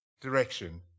direction